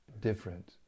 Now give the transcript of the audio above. different